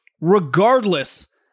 Regardless